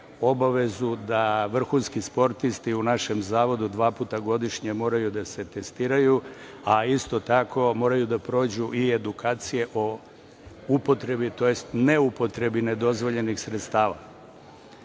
obavezu da vrhunski sportisti u našem zavodu dva puta godišnje moraju da se testiraju, a isto tako moraju da prođu i edukacije o upotrebi, tj. neupotrebi nedozvoljenih